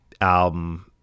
album